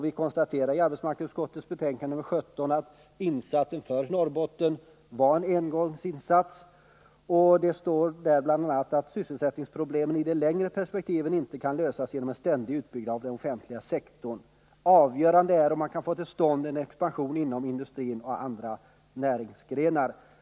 I arbetsmarknadsutskottets betänkande nr 17 konstaterade vi ju att insatsen för Norrbotten var en engångsinsats. Bl. a. står det i betänkandet ”att sysselsättningsproblemen i ett längre perspektiv inte kan lösas genom en ständig utbyggnad av den offentliga verksamheten. Avgörande är om man kan få till stånd en expansion inom industrin och andra näringsgrenar.